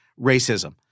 racism